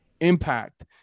Impact